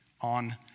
on